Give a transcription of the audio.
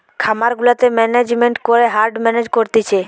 খামার গুলাতে ম্যানেজমেন্ট করে হার্ড মেনেজ করতিছে